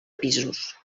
pisos